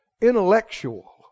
intellectual